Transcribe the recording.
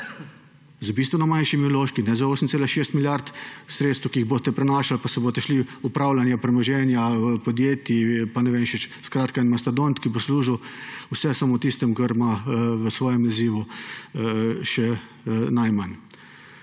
z bistveno manjšimi vložki in ne z 8,6 milijard sredstev, ki jih boste prenašali pa se boste šli upravljanja premoženja podjetij pa ne vem še česa, skratka en mastodont, ki bo služil vsemu, le ne temu, kar ima v svojem nazivu.